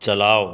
چلاؤ